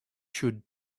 should